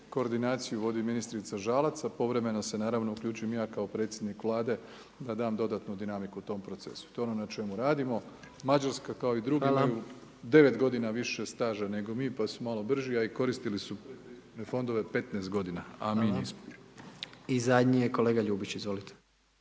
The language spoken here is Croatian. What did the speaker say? koordinaciju vodi ministrica Žalac, a povremeno se naravno uključim ja kao predsjednik Vlade da dam dodatnu dinamiku tom procesu. To je ono na čemu radimo. Mađarska kao…/Upadica: Hvala./…i drugi imaju 9 godina više staža nego mi, pa su malo brži, a i koristili su fondove 15 godina…/Govornik se ne čuje/… **Jandroković,